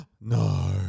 no